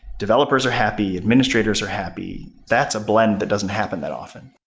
developers are happy. administrators are happy. that's a blend that doesn't happen that often.